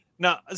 Now